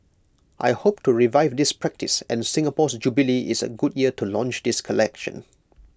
I hope to revive this practice and Singapore's jubilee is A good year to launch this collection